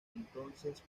entonces